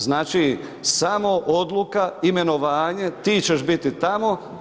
Znači samo odluka, imenovanje ti ćeš biti tamo.